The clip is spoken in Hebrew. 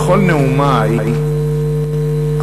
בכל נאומי אמרתי,